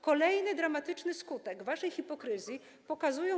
Kolejny dramatyczny skutek waszej hipokryzji pokazują.